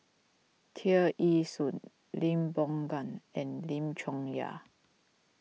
Tear Ee Soon Lee Boon Ngan and Lim Chong Yah